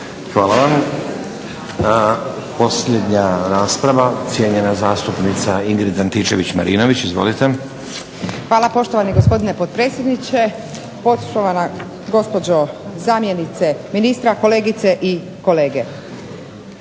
Hvala. Posljednja rasprava cijenjena zastupnica Ingrid Atničević Marinović. Izvolite. **Antičević Marinović, Ingrid (SDP)** Hvala poštovani gospodine potpredsjedniče, poštovana gospođo zamjenice ministra, kolegice i kolege.